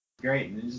great